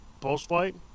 post-flight